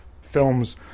films